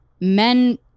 men